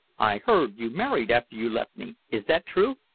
i heard you married after you left me. is that true?